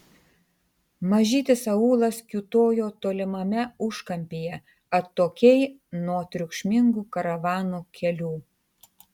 mažytis aūlas kiūtojo tolimame užkampyje atokiai nuo triukšmingų karavanų kelių